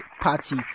party